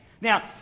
Now